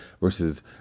versus